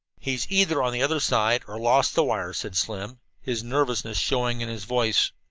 he's either on the other side, or lost the wire, said slim, his nervousness showing in his voice.